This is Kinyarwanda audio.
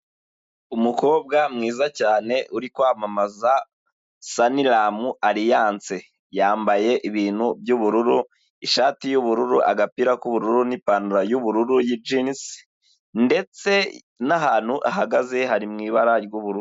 Umukobwa mwiza cyane uri kwamamaza saniramu aliyanse, yambaye ibintu by'ubururu, ishati y'ubururu, agapira k'ubururu n'ipantaro y'ubururu y'ijinizi ndetse n'ahantu ahagaze hari mu ibara ry'ubururu.